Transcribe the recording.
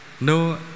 no